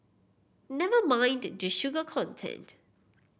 never mind the sugar content